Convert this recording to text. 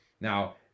Now